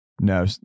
No